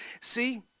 See